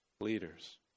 leaders